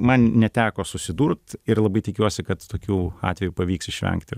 man neteko susidurt ir labai tikiuosi kad tokių atvejų pavyks išvengti